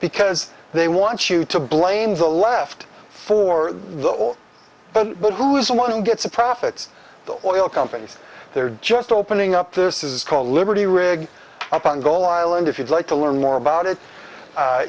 because they want you to blame the left for the oil well who's the one who gets the profits the oil companies they're just opening up this is called liberty rig up on goal island if you'd like to learn more about it